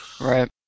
Right